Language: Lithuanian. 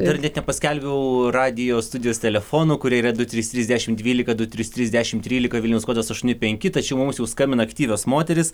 ir net nepaskelbiau radijo studijos telefonų kurie yra du trys trys dešimt dvylika du trys trys dešimt trylika vilniaus kodas aštuoni penki tačiau mums jau skambina aktyvios moterys